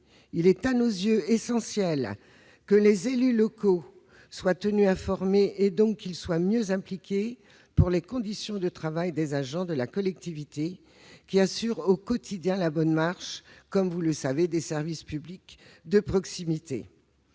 Il est à nos yeux essentiel que les élus locaux soient tenus informés- afin qu'ils soient davantage impliqués -des conditions de travail des agents de la collectivité, qui assurent au quotidien la bonne marche des services publics de proximité.